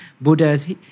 Buddhas